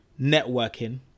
networking